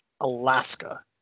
Alaska